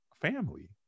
family